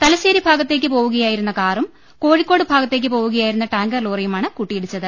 തലശ്ശേരി ഭാഗത്തേക്ക് പോവുകയായിരു ന്ന കാറും കോഴിക്കോട് ഭാഗത്തേക്ക് പോവുകയായിരുന്ന ടാങ്കർ ലോറി യുമാണ് കൂട്ടിയിടിച്ചത്